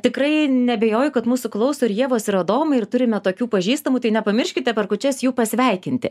tikrai neabejoju kad mūsų klauso ir ievos ir adomai ir turime tokių pažįstamų tai nepamirškite per kūčias jų pasveikinti